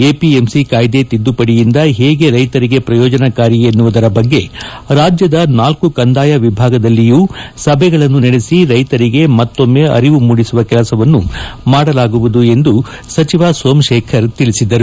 APMC ಕಾಯ್ದೆ ತಿದ್ದುಪಡಿಯಿಂದ ಹೇಗೆ ರೈತರಿಗೆ ಪ್ರಯೋಜನಕಾರಿ ಎನ್ನುವುದರ ಬಗ್ಗೆ ರಾಜ್ಯದ ನಾಲ್ಲು ಕಂದಾಯ ವಿಭಾಗದಲ್ಲಿಯೂ ಸಭೆಗಳನ್ನು ನಡೆಸಿ ರೈತರಿಗೆ ಮತ್ತೊಮ್ನೆ ಅರಿವು ಮೂಡಿಸುವ ಕೆಲಸವನ್ನು ಮಾಡಲಾಗುವುದು ಎಂದು ಸಚಿವ ಸೋಮಶೇಖರ್ ತಿಳಿಸಿದರು